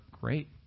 great